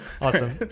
awesome